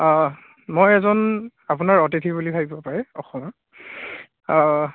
মই এজন আপোনাৰ অতিথি বুলি ভাবিব পাৰে অসমৰ